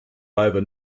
over